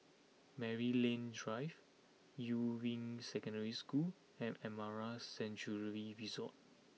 Maryland Drive Yuying Secondary School and Amara Sanctuary Resort